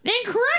Incorrect